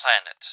planet